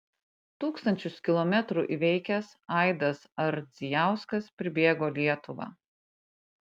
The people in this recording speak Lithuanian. tūkstančius kilometrų įveikęs aidas ardzijauskas pribėgo lietuvą